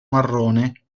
marrone